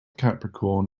capricorn